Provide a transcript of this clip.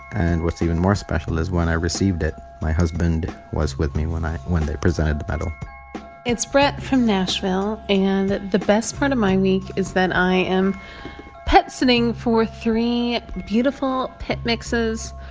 and what's even more special is when i received it, my husband was with me when i when they presented the medal it's brett from nashville, and the the best part of my week is that i am pet-sitting for three beautiful pit mixes.